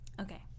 Okay